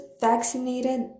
vaccinated